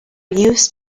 used